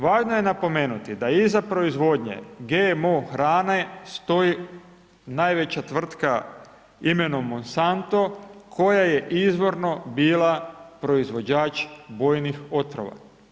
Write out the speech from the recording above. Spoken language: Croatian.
Važno je napomenuti da je iza proizvodnje, GMO hrane stoji najveća tvrtka imenom Monsatno, koja je izvorno bila proizvođač bojnih otrova.